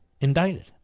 indicted